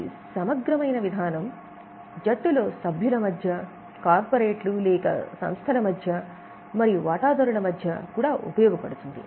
ఈ సమగ్రమైన విధానం జట్టులో సభ్యుల మధ్య కార్పొరేట్లు లేక సంస్థలు మధ్య మరియు వాటాదారుల మధ్య కూడా ఉపయోగపడుతుంది